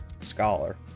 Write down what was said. Scholar